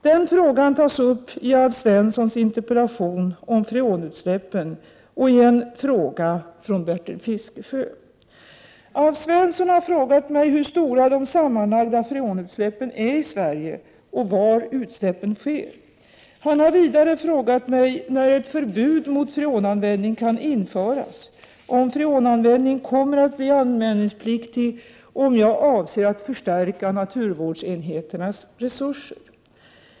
Den frågan tas uppi Alf Svenssons interpellation om freonutsläppen och i en fråga från Bertil Fiskesjö. Alf Svensson har frågat mig hur stora de sammanlagda freonutsläppen i Sverige är och var utsläppen sker. Han har vidare frågat mig när ett förbud mot freonanvändning kan införas, om freonanvändning kommer att bli anmälningspliktig och om jag avser att förstärka naturvårdsenheternas resurser.